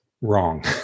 wrong